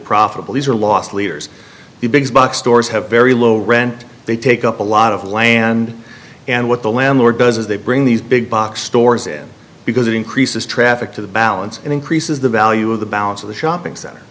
profitable these are loss leaders the big box stores have very low rent they take up a lot of land and what the landlord does is they bring these big box stores in because it increases traffic to the balance and increases the value of the balance of the shopping center